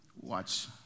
watch